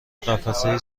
قفسه